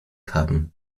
haben